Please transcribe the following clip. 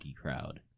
crowd